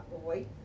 boy